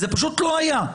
זה פשוט לא היה.